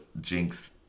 jinx